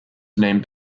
named